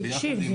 תקשיב,